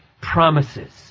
promises